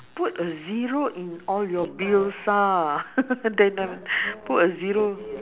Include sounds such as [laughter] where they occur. put a zero in all your bills ah [laughs] then [noise] put a zero